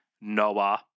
Noah